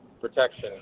protection